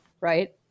Right